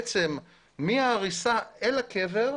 מהעריסה אל הקבר.